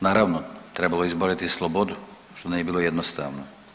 Naravno trebalo je izboriti slobodu što nije bilo jednostavno.